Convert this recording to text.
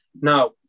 Now